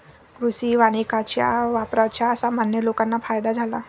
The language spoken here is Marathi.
कृषी वानिकाच्या वापराचा सामान्य लोकांना फायदा झाला